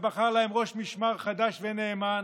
ובחר להם ראש משמר חדש ונאמן,